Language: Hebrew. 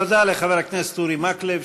תודה לחבר הכנסת אורי מקלב,